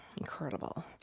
incredible